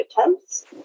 attempts